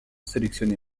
sélectionné